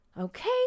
Okay